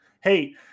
hey